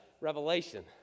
revelation